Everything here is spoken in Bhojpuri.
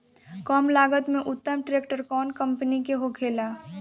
कम लागत में उत्तम ट्रैक्टर कउन कम्पनी के होखेला?